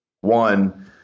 One